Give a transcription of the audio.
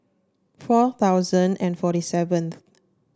four thousand and forty seventh